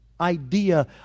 idea